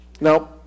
Now